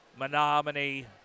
Menominee